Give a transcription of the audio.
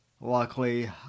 luckily